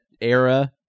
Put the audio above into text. era